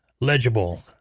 legible